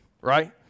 right